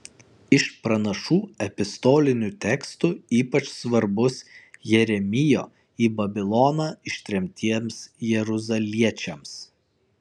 iš pranašų epistolinių tekstų ypač svarbus jeremijo į babiloną ištremtiems jeruzaliečiams